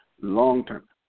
long-term